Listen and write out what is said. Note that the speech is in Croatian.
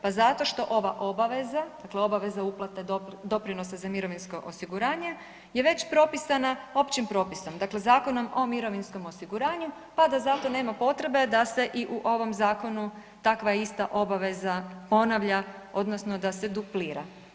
Pa zato što ova obaveza, dakle obaveza uplate doprinosa za mirovinsko osiguranje je već propisana općim propisom, dakle Zakonom o mirovinskom osiguranju pa da zato nema potrebe da se i u ovom zakonu takva ista obaveza ponavlja odnosno da se duplira.